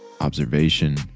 Observation